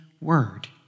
word